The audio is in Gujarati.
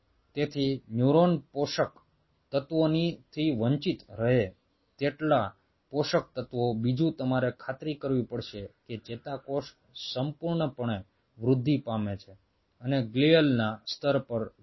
તેથી ન્યુરોન પોષક તત્વોથી વંચિત રહે તેટલા પોષક તત્વો બીજું તમારે ખાતરી કરવી પડશે કે ચેતાકોષ સંપૂર્ણપણે વૃદ્ધિ પામે છે અને ગ્લિઅલના સ્તર પર જોડાણ બનાવી શકે છે